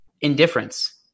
indifference